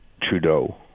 Trudeau